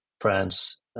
France